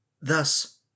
Thus